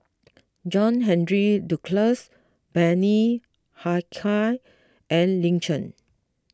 John Henry Duclos Bani Haykal and Lin Chen